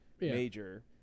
major